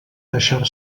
deixar